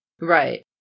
Right